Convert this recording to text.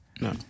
No